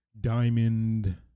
Diamond